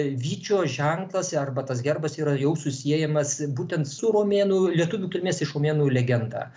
vyčio ženklas arba tas herbas yra jau susiejamas būtent su romėnų lietuvių kilmės iš romenų legenda